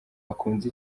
akunze